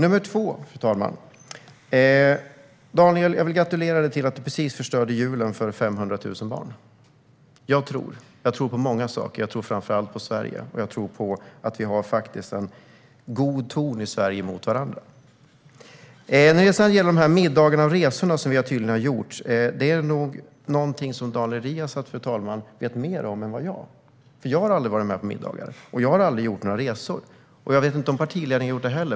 Jag vill därefter gratulera dig, Daniel, till att du precis förstörde julen för 500 000 barn. Jag tror på många saker. Jag tror framför allt på Sverige, och jag tror på att vi i Sverige har en god ton mot varandra. När det gäller de middagar och resor som vi tydligen har gjort är det nog någonting som Daniel Riazat vet mer om än vad jag gör. Jag har aldrig varit med på sådana middagar eller gjort några sådana resor. Jag vet inte om partiledningen heller har gjort det.